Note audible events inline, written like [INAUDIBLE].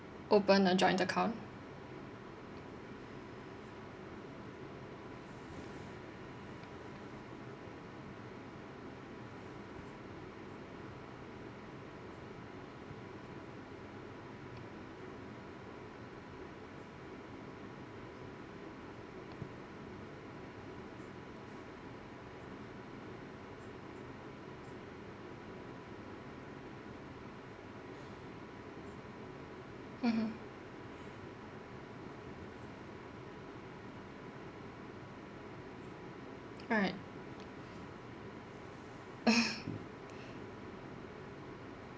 open a joint account mmhmm alright [LAUGHS]